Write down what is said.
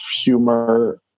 humor